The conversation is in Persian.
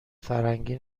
فرنگی